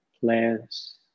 place